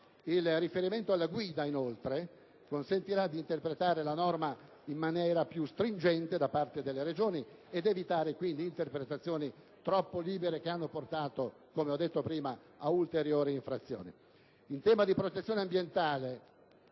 Il riferimento alla Guida consentirà, inoltre, di interpretare la norma in maniera più stringente da parte delle Regioni ed evitare quelle interpretazioni troppo libere che hanno portato ad ulteriori infrazioni.